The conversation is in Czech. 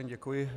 Děkuji.